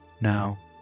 Now